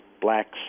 blacks